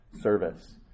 service